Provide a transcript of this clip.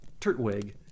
Turtwig